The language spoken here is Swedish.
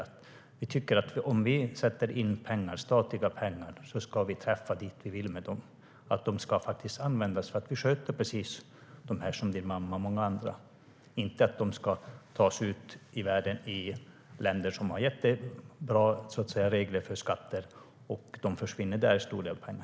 Om vi sätter in statliga pengar tycker vi att de ska träffa det vi vill. De ska användas för att sköta din mamma, Penilla Gunther, och många andra. De ska inte tas ut i världen till länder som har bra skatteregler och till stor del försvinna där.